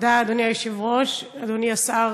אדוני היושב-ראש, תודה, אדוני השר,